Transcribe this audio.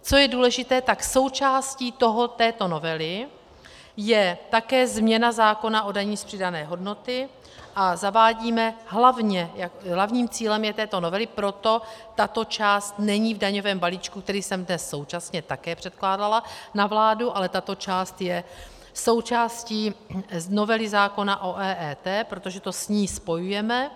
Co je důležité, tak součástí této novely je také změna zákona o dani z přidané hodnoty, a zavádíme hlavně, je hlavním cílem této novely, proto tato část není v daňovém balíčku, který jsem dnes současně také předkládala na vládu, ale tato část je součástí novely zákona o EET, protože to s ní spojujeme.